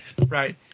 Right